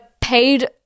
paid